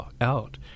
out